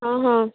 ହଁ ହଁ